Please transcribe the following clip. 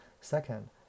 Second